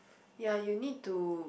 ya you need to